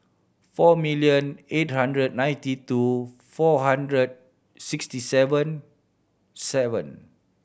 four million eight hundred ninety two four hundred sixty seven seven